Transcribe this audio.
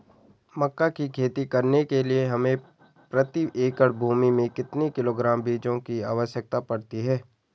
मक्का की खेती करने के लिए हमें प्रति एकड़ भूमि में कितने किलोग्राम बीजों की आवश्यकता पड़ती है?